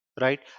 right